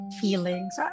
feelings